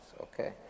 okay